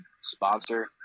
sponsor